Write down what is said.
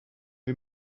wir